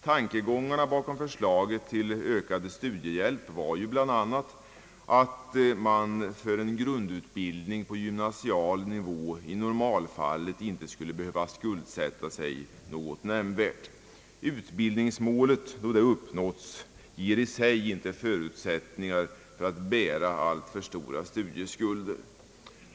Tankegångarna bakom förslaget till ökad studiehjälp var ju bl.a. att man för en grundutbildning på gymnasial nivå i normalfallet inte skulle behöva skuldsätta sig något nämnvärt. Utbildningsmålet, då det uppnåtts, ger i sig inte förutsättningar för att bära alltför stora studieskulder.